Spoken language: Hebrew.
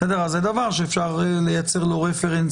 אז זה דבר שאפשר לייצר לו רפרנס